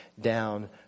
down